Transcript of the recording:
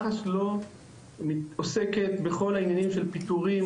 מח"ש לא עוסקת בכל העניינים של פיטורים,